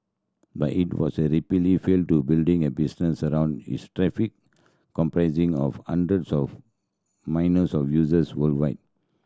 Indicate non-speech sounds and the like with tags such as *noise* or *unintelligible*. but it was repeatedly failed to building a business around its traffic comprising of hundreds of *unintelligible* of users worldwide